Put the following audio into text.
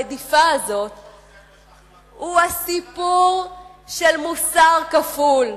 הסיפור האמיתי שמסתתר מאחורי הרדיפה הזו הוא הסיפור של מוסר כפול,